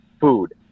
food